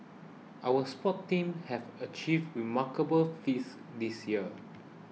our sports teams have achieved remarkable feats this year